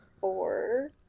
four